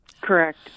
Correct